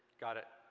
got it.